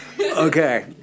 Okay